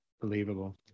Believable